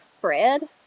bread